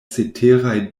ceteraj